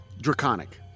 Draconic